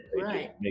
right